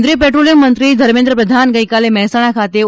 કેન્દ્રિય પેટ્રોલિયમ મંત્રી ધર્મેન્દ્ર પ્રધાન ગઇકાલે મહેસાણા ખાતે ઓ